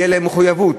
תהיה להם מחויבות,